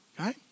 okay